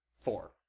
Four